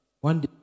One